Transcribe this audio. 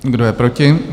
Kdo je proti?